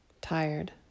tired